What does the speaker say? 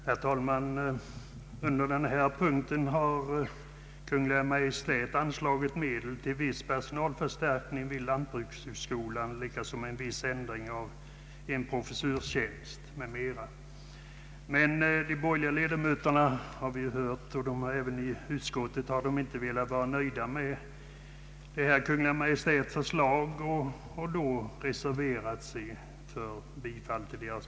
Herr talman! Under denna punkt har Kungl. Maj:t anslagit medel till viss personalförstärkning vid Lantbrukshögskolan liksom en viss ändring av en professur m.m. De borgerliga ledamöterna har, som vi har hört här och i utskottet, inte varit nöjda med Kungl. Maj:ts förslag och reserverat sig.